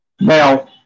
Now